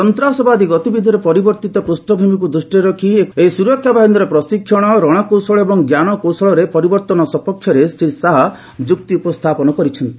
ସନ୍ତାସବାଦୀ ଗତିବିଧିର ପରିବର୍ତ୍ତିତ ପୃଷ୍ଣଭୂମିକୁ ଦୃଷ୍ଟିରେ ରଖି ଏହି ସୁରକ୍ଷାବାହିନୀର ପ୍ରଶିକ୍ଷଣ ରଣକୌଶଳ ଓ ଜ୍ଞାନକୌଶଳରେ ପରିବର୍ତ୍ତନ ସପକ୍ଷରେ ଶ୍ରୀ ଶାହା ଯୁକ୍ତି ଉପସ୍ଥାପନ କରିଛନ୍ତି